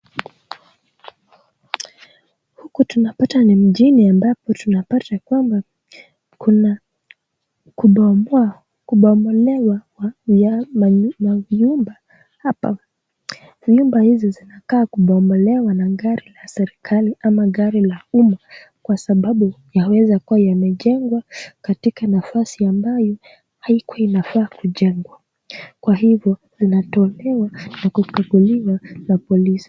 Huku tunapata ni mjini ambapo tunapata kwamba kuna kubomoa, kubomolewa kwa pia manyumba hapa, nyumba hizi zinakaa kubomolewa na gari la serikali ama gari la umma kwa sababu yaweza kuwa yamejengwa katika nafasi ambayo haikuwa inafaa kujengwa kwa hivyo linatolewa na kukaguliwa na polisi.